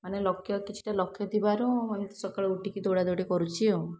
ମାନେ ଲକ୍ୟ କିଛିଟା ଲକ୍ଷ୍ୟ ଥିବାରୁ ମୁଁ ଏମିତି ସକାଳୁ ଉଠିକି ଦୌଡ଼ାଦୌଡ଼ି କରୁଛି ଆଉ